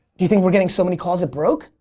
do you think were getting so many calls it broke?